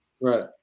right